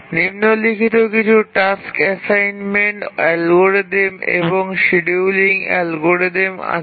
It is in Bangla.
নিম্নলিখিত কিছু টাস্ক অ্যাসাইনমেন্ট অ্যালগরিদম এবং শিডিয়ুলিং অ্যালগরিদম আছে